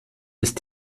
ist